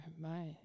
my-